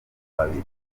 babiri